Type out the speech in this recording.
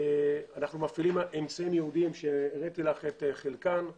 אנחנו מפעילים אמצעים ייעודיים שאת חלקם הראיתי לך,